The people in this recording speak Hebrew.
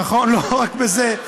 נכון, לא רק בזה.